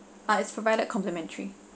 uh it's provided complimentary